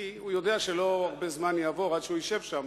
כי הוא יודע שלא יעבור הרבה זמן עד שהוא ישב שם.